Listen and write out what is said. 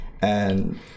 And-